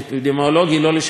לא לשם זה התכנסנו כאן.